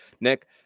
Nick